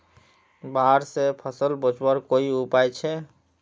बाढ़ से फसल बचवार कोई उपाय छे?